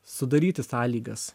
sudaryti sąlygas